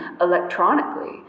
electronically